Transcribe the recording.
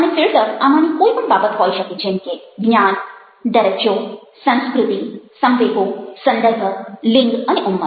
અને ફિલ્ટર આમાંની કોઈ પણ બાબત હોઈ શકે જેમ કે જ્ઞાન દરજ્જો સંસ્કૃતિ સંવેગો સંદર્ભ લિંગ અને ઉંમર